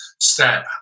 step